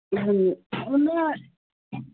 ਹਾਂਜੀ ਉਨ ਨਾ